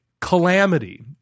calamity